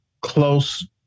close